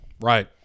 Right